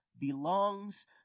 belongs